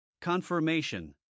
Confirmation